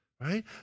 right